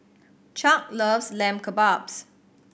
Chuck loves Lamb Kebabs